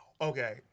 Okay